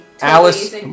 Alice